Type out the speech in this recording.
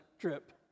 trip